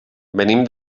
venim